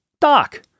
Doc